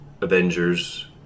Avengers